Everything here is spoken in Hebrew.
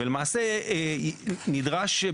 ולמעשה נדרש,